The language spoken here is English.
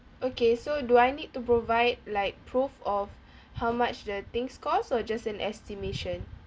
okay so do I need to provide like proof of how much the things costs or just an estimation